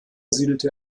siedelte